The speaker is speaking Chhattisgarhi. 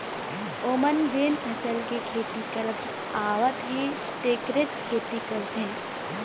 ओमन जेन फसल के खेती करत आवत हे तेखरेच खेती करथे